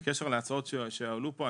בקשר להצעות שעלו כאן,